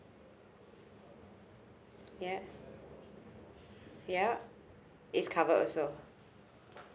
yeah yup it's cover also